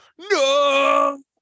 no